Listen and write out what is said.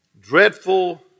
dreadful